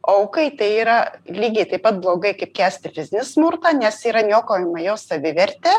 aukai tai yra lygiai taip pat blogai kaip kęsti fizinį smurtą nes yra niokojama jos savivertė